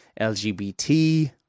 lgbt